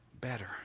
better